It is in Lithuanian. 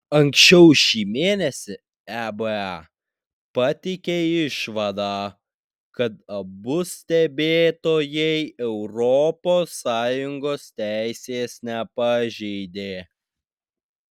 anksčiau šį mėnesį eba pateikė išvadą kad abu stebėtojai europos sąjungos teisės nepažeidė